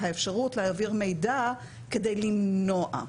האפשרות להעביר מידע כדי למנוע.